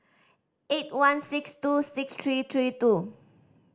eight one six two six three three two